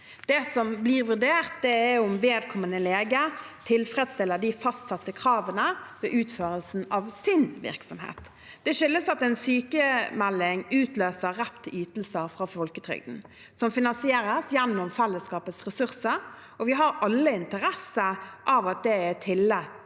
Det som blir vurdert, er om vedkommende lege tilfredsstiller de fastsatte kravene ved utførelsen av sin virksomhet. Det skyldes at en sykmelding utløser rett til ytelser fra folketrygden, som finansieres gjennom fellesskapets ressurser. Vi har alle interesse av at det er tillit